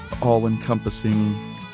all-encompassing